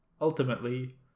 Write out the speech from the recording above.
Ultimately